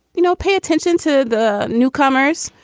you know, pay attention to the newcomers.